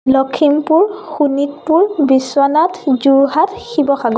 Lakhimpur Sonitpur Biswanath Jorhat Sivasagar